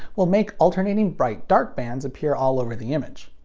will make alternating bright dark bands appear all over the image.